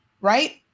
right